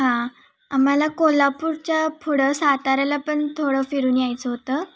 हां आम्हाला कोल्हापूरच्या पुढं साताऱ्याला पण थोडं फिरून यायचं होतं